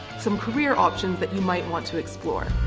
some career options that you might want to explore.